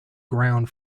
ground